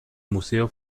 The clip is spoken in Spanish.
museo